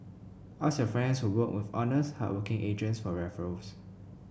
ask your friends who worked with honest hardworking agents for referrals